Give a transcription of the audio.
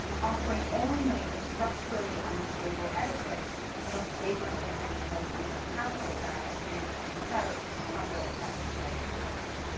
offering only the structurally unstable edifice of a flagrantly fictional paper castle that, as cindy points out, crumbles at the slightest touch.